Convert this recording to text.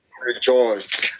Rejoice